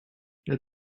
the